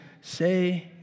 say